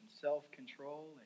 self-control